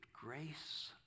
grace